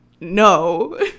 no